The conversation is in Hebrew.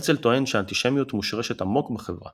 הרצל טוען שהאנטישמיות מושרשת עמוק בחברה